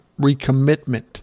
recommitment